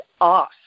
off